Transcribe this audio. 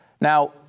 Now